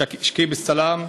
שגיב-סלאם,